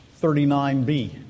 39b